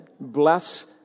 Bless